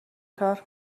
کار